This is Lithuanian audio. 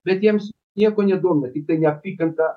bet jiems nieko nedomina tiktai neapykanta